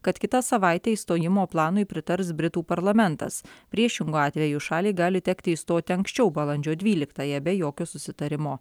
kad kitą savaitę išstojimo planui pritars britų parlamentas priešingu atveju šaliai gali tekti išstoti anksčiau balandžio dvyliktąją be jokio susitarimo